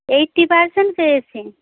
eighty percent পেয়েছি